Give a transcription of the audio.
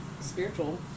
spiritual